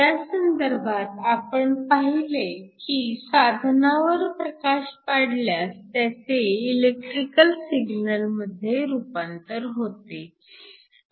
त्या संदर्भात आपण पाहिले की साधनावर प्रकाश पाडल्यास त्याचे इलेक्ट्रिकल सिग्नल मध्ये रूपांतर होते